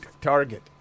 target